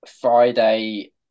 Friday